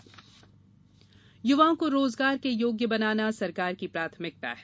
रोजगार युवाओं को रोजगार के योग्य बनाना सरकार की प्राथमिकता है